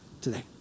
today